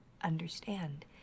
understand